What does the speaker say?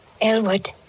Elwood